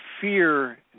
fear